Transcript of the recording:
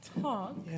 talk